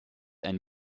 ein